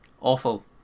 Awful